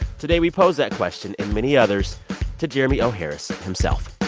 today we pose that question and many others to jeremy o. harris himself